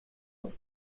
auf